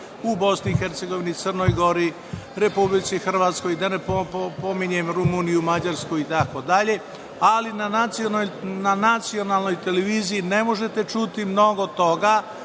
u BiH, Crnoj Gori, Republici Hrvatskoj i da ne pominjem Rumuniju, Mađarsku itd, ali na nacionalnoj televiziji ne možete čuti mnogo toga